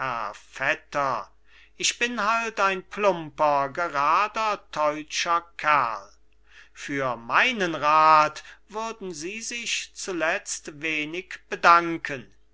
herr vetter ich bin halt ein plumper gerader deutscher kerl für meinen rath würden sie sich zuletzt wenig bedanken